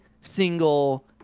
single